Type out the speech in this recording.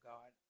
God